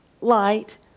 light